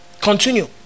Continue